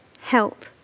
help